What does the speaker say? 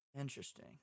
Interesting